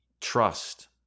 trust